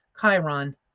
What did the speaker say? Chiron